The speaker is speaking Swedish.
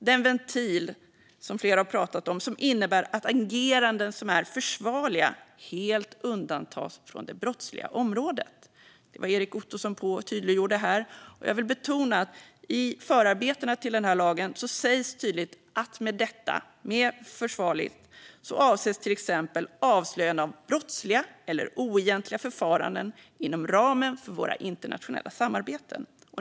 Denna ventil, som flera här har pratat om, innebär att ageranden som är försvarliga helt undantas från det brottsliga området. Det tydliggjorde Erik Ottoson här. Jag vill betona att i förarbetena till lagen sägs tydligt att med försvarligt avses till exempel avslöjanden av brottsliga eller oegentliga förfaranden inom ramen för våra internationella samarbeten.